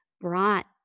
brought